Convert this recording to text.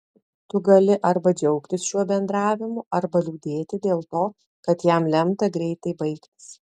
tu gali arba džiaugtis šiuo bendravimu arba liūdėti dėl to kad jam lemta greitai baigtis